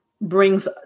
brings